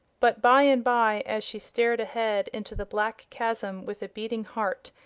but bye and bye, as she stared ahead into the black chasm with a beating heart,